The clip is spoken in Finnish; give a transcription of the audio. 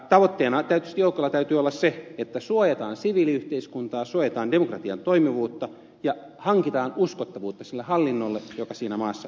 tavoitteena tietysti joukoilla täytyy olla se että suojataan siviiliyhteiskuntaa suojataan demokratian toimivuutta ja hankitaan uskottavuutta sille hallinnolle joka siinä maassa demokraattisesti toimii